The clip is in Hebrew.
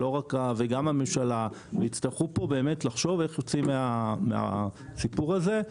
גם הממשלה תצטרך לחשוב איך יוצאים מהסיפור הזה.